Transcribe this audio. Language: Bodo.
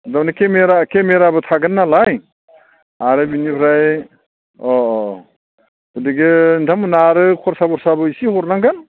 मानि खेमेरा खेमेराबो थागोन नालाय आरो बिनिफ्राय अह गथिखे नोंथांमोनहा आरो खरसा बरसाबो एसे हरनांगोन